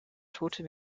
tote